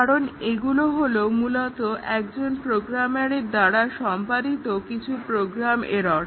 কারণ এগুলো হলো মূলত একজন প্রোগ্রামারের দ্বারা সম্পাদিত কিছু প্রোগ্রাম এরর্